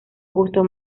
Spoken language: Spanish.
justo